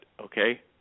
okay